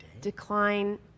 decline